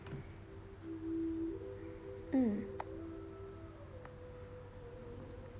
mm